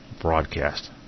broadcast